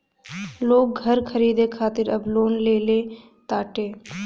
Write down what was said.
लोग घर खरीदे खातिर अब लोन लेले ताटे